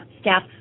staff